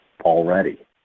already